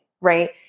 right